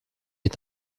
est